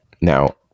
Now